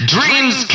Dreams